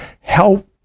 help